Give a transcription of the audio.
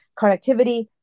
connectivity